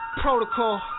Protocol